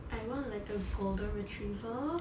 I want like a golden retriever